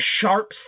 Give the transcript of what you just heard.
sharp